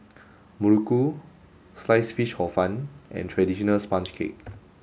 Muruku sliced fish hor fun and traditional sponge cake